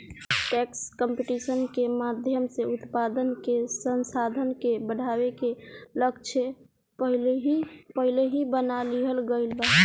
tax competition के माध्यम से उत्पादन के संसाधन के बढ़ावे के लक्ष्य पहिलही बना लिहल गइल बा